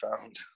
found